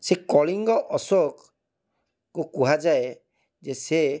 ସେ କଳିଙ୍ଗ ଅଶୋକଙ୍କୁ କୁହାଯାଏ ଯେ ସେ